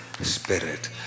Spirit